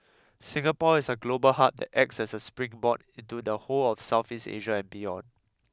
Singapore is a global hub that acts as a springboard into the whole of Southeast Asia and beyond